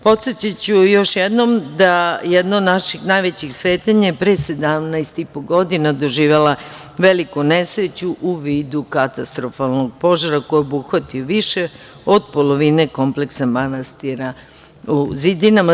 Podsetiću još jednom da jedna od naših najvećih svetinja je pre 17 i po godina doživela veliku nesreću u vidu katastrofalnog požara koji je obuhvatio više od polovine kompleksa manastira u zidinama.